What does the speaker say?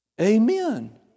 Amen